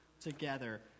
together